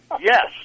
Yes